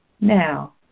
Now